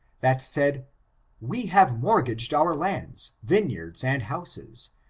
that said we have mortgaged our lands, vineyards and houses,